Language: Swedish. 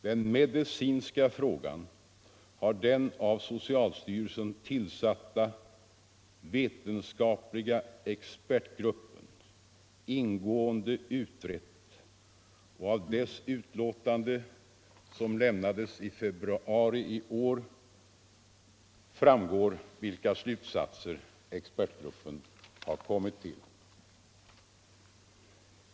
Den medicinska frågan har den av socialstyrelsen tillsatta vetenskapliga expertgruppen ingående utrett, och av dess utlåtande som lämnades i februari i år framgår vilka slutsatser expertgruppen har kommit till.